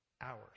hours